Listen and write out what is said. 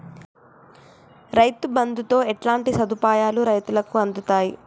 రైతు బంధుతో ఎట్లాంటి సదుపాయాలు రైతులకి అందుతయి?